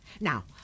Now